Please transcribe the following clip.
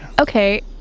Okay